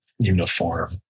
uniform